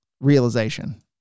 realization